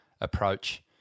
approach